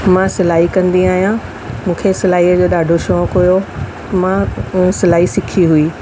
मां सिलाई कंदी आहियां मूंखे सिलाईअ जो ॾाढो शौक़ु हुयो मां पोइ सिलाई सिखी हुई